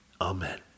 Amen